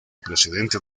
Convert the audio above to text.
presidente